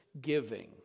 giving